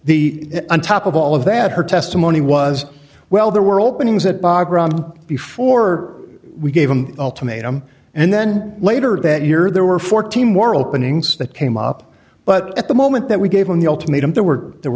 the on top of all of that her testimony was well there were openings that barbara before we gave them ultimatum and then later that year there were fourteen more openings that came up but at the moment that we gave them the ultimatum there were there were